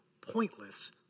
pointless